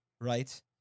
right